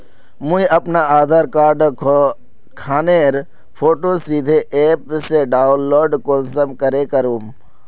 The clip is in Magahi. मुई अपना आधार कार्ड खानेर फोटो सीधे ऐप से डाउनलोड कुंसम करे करूम?